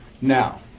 now